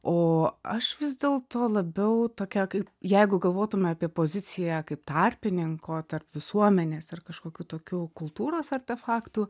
o aš vis dėlto labiau tokia kad jeigu galvotume apie poziciją kaip tarpininko tarp visuomenės ir kažkokių tokių kultūros artefaktų